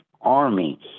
army